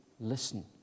listen